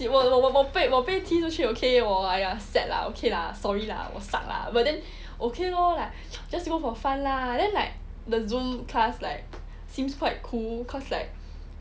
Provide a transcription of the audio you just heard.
我我我被踢出去 okay 我哎呀 sad lah okay lah sorry lah 我 suck lah but then okay lor like just go for fun lah then like the Zoom class like seems quite cool cause like